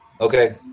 okay